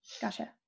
Gotcha